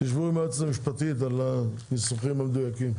תשבו עם היועצת המשפטית על הניסוחים המדויקים.